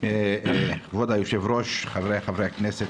כבוד היו"ר, חבריי חברי הכנסת,